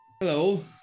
Hello